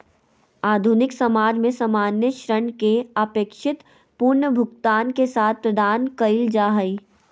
आधुनिक समाज में सामान्य ऋण के अपेक्षित पुनर्भुगतान के साथ प्रदान कइल जा हइ